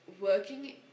working